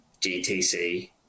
GTC